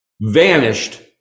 vanished